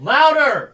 Louder